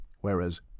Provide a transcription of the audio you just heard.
Whereas